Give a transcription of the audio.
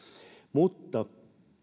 mutta